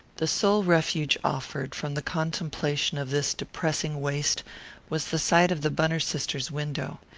the sole refuge offered from the contemplation of this depressing waste was the sight of the bunner sisters' window.